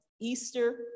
Easter